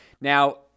Now